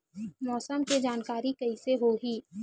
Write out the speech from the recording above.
मौसम के जानकारी कइसे होही?